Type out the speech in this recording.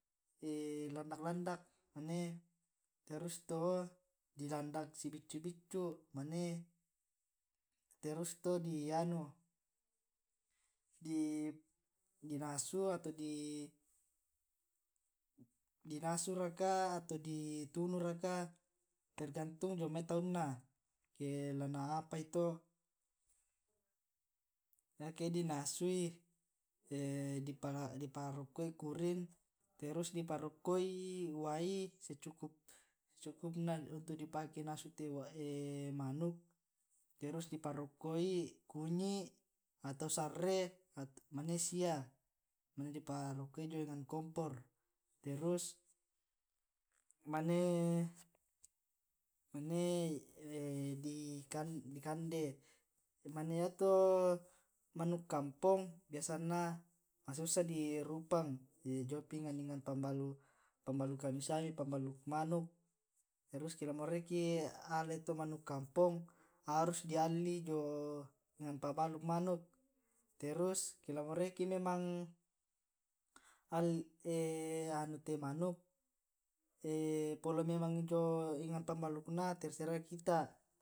landak landak mane terus to o di landak si beccu beccu mane terus to di anu di di nasu raka atau di tunu raka tergantung jomai taunna ke la na apai to, ake di nasui di parokko'i kuring terus di parokkoi wai secukupna untuk di pake nasu te manuk terus di parokkoi kunyi' atau sarre mane sia mane di parokkoi jio enang kompor, terus mane di kande mane yato manuk kampong biasanna masussa di rupang jiopi enang enang pabbalukan na siami pabbalukan manuk, terus eke la moraiki alai to manuk kampong harus di alli jio enang pabbaluk manuk, terus eke la moraiki memang anui te manuk polio memang jio enang pabbalukna terserah kita.